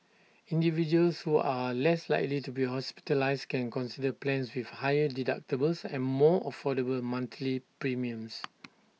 individuals who are less likely to be hospitalised can consider plans with higher deductibles and more affordable monthly premiums